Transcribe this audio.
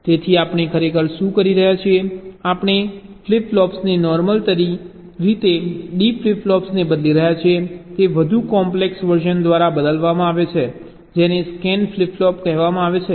તેથી આપણે ખરેખર શું કરી રહ્યા છીએ આપણે ફ્લિપ ફ્લોપ્સને નોર્મલ રીતે D ફ્લિપ ફ્લોપ્સને બદલી રહ્યા છીએ તે વધુ કોમ્પ્લેક્સ વર્ઝન દ્વારા બદલવામાં આવે છે જેને સ્કેન ફ્લિપ ફ્લોપ કહેવામાં આવે છે